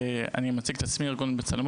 אני מציג את עצמי: ארגון "בצלמו",